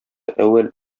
әүвәл